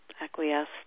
acquiesced